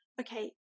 okay